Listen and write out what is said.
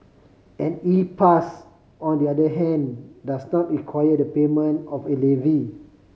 an E Pass on the other hand does not require the payment of a levy